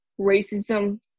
racism